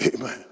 Amen